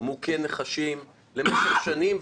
מוכה נחשים במשך שנים,